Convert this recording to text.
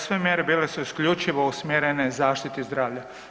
Dakle, sve mjere bile su isključivo usmjerene zaštiti zdravlja.